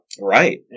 Right